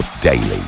daily